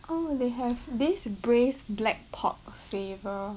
oh they have this braised black pork flavour